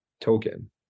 token